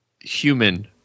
human